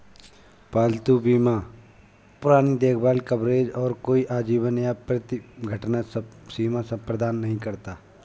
पालतू बीमा पुरानी देखभाल कवरेज और कोई आजीवन या प्रति घटना सीमा प्रदान नहीं करता